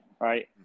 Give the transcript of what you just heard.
Right